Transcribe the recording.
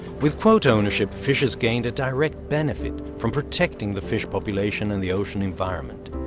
with quota ownership, fishers gained a direct benefit from protecting the fish population and the ocean environment,